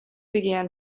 began